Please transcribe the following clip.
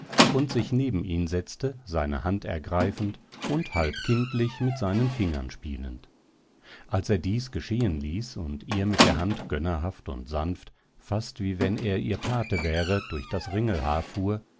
und sich neben ihn setzte seine hand ergreifend und halb kindlich mit seinen fingern spielend als er dies geschehen ließ und ihr mit der hand gönnerhaft und sanft fast wie wenn er ihr pate wäre durch das ringelhaar fuhr